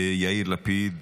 יאיר לפיד,